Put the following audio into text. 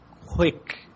quick